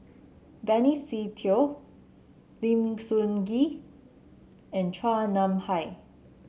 Benny Se Teo Lim Sun Gee and Chua Nam Hai